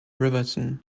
riverton